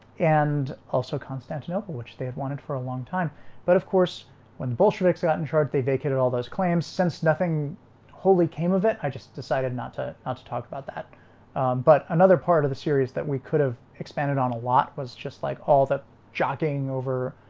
and also constantinople, which they had wanted for a long time but of course when the bolsheviks got in charge, they vacated all those claims since nothing wholly came of it. i just decided not to not to talk about that but another part of the series that we could have expanded on a lot was just like all the jockeying over,